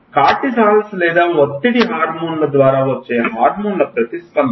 cortisols లేదా ఒత్తిడి హార్మోన్ల ద్వారా వచ్చే హార్మోన్ల ప్రతిస్పందన